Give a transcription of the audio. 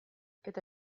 eta